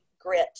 grit